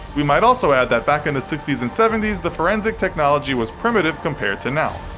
we might also add that back in the sixty s and seventy s the forensic technology was primitive compared to now.